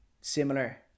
similar